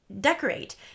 decorate